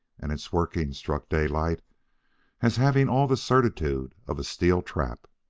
and its workings struck daylight as having all the certitude of a steel trap.